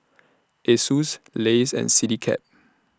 Asus Lays and Citycab